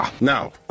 Now